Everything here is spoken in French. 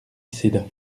céda